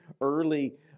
early